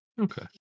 Okay